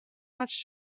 much